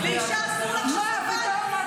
לפי התקנון,